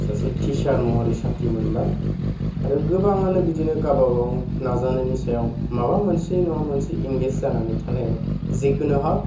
सासे टिसार महरै साख्रि मोनबाय आरो गोबाङानो बिदिनो गावबा गाव नाजानायनि सायाव माबा मोनसे नङा माबा मोनसे एंगेस जानानै थालायबाय जिखुनु हक